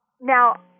Now